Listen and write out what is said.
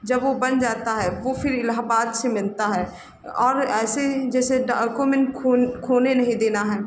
जब वह बन जाता है वह फिर इलाहाबाद से मिलता है और ऐसे जैसे डॉक्यूमेन्ट खोन खोने नहीं देना है